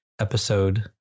episode